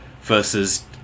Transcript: versus